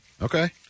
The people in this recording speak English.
Okay